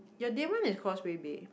your day one is Causeway Bay